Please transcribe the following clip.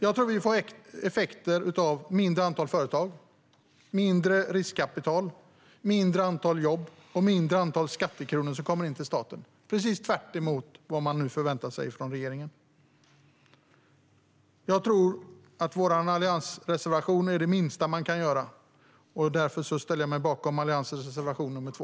Jag tror att vi får effekten att det blir färre företag, mindre riskkapital, färre jobb och färre skattekronor som kommer in till staten. Det är precis tvärtemot vad man nu förväntar sig från regeringen. Jag tror att det minsta man kan göra är att yrka bifall till vår alliansreservation. Därför ställer jag mig bakom Alliansens reservation nr 2.